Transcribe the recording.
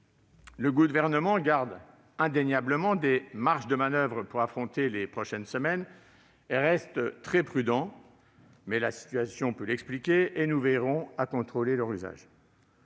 Le Gouvernement garde indéniablement des marges de manoeuvre pour affronter les prochaines semaines et reste très prudent. La situation peut l'expliquer, mais nous veillerons à contrôler leur usage.